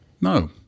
No